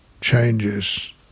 changes